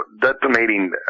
Detonating